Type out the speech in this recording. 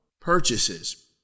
purchases